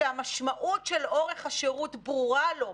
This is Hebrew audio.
שהמשמעות של אורך השירות ברורה לו,